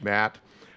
Matt